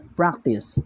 practice